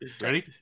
Ready